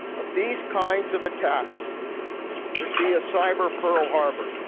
of these kinds of attacks could be a cyber pearl harbor.